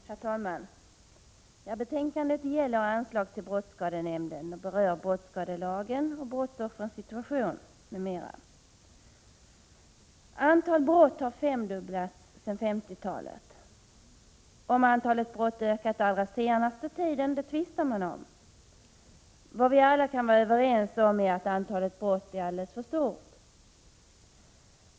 Herr talman! Betänkandet gäller anslaget till brottsskadenämnden och berör bl.a. brottsskadelagen och brottsoffrens situation. Antalet brott har femdubblats sedan 1950-talet. Huruvida antalet brott ökat den allra senaste tiden tvistar man om. Vad vi alla kan vara överens om är att antalet brott är alldeles för stort.